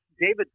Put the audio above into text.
David